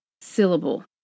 syllable